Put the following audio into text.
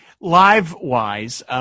live-wise